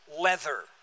leather